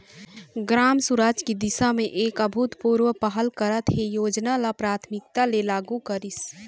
ग्राम सुराज की दिशा म एक अभूतपूर्व पहल करत ए योजना ल प्राथमिकता ले लागू करिस